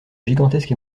gigantesque